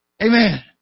amen